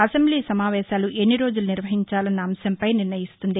assembly సమావేశాలు ఎన్ని రోజులు నిర్వహించాలన్న అంశంపై నిర్ణయిస్తుంది